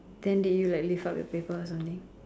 then did you like lift up your paper or something